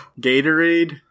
Gatorade